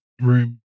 room